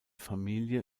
familie